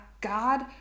God